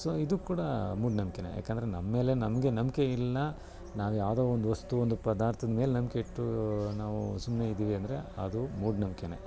so ಇದು ಕೂಡ ಮೂಢನಂಬ್ಕೆನೆ ಯಾಕೆಂದರೆ ನಮ್ಮೇಲೆ ನಮ್ಗೆ ನಂಬಿಕೆಯಿಲ್ಲ ನಾವು ಯಾವುದೋ ಒಂದು ವಸ್ತು ಒಂದು ಪದಾರ್ಥದ ಮೇಲೆ ನಂಬಿಕೆಯಿಟ್ಟು ನಾವು ಸುಮ್ಮನೆ ಇದ್ದೀವಿ ಅಂದರೆ ಅದು ಮೂಢನಂಬ್ಕೆನೆ